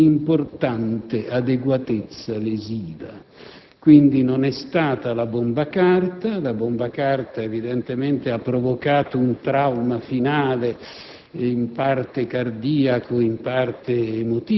compatibili con un corpo contundente di importante adeguatezza lesiva. Quindi, non è stata la bomba carta. Quest'ultima, evidentemente, ha provocato un trauma finale,